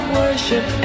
worship